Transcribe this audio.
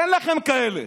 אין לכם כאלה.